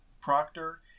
Proctor